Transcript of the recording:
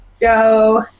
Joe